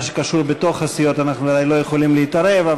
מה שקשור בתוך הסיעות אנחנו הרי לא יכולים להתערב,